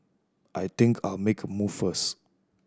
I think I'll make a move first